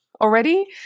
already